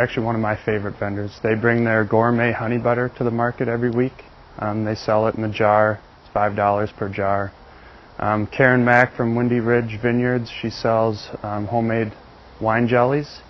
actually one of my favorite vendors they bring their garm a honey butter to the market every week and they sell it in a jar five dollars per jar karen mac from wendy ridge vineyards she sells homemade wine jellies